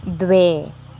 द्वे